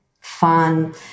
fun